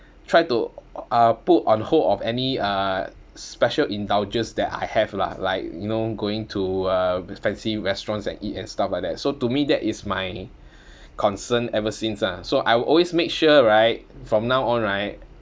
try to uh put on hold of any uh special indulges that I have lah like you know going to uh fancy restaurants and eat and stuff like that so to me that is my concern ever since ah so I will always make sure right from now on right